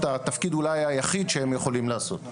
התפקיד אולי היחיד שהם יכולים לעשות.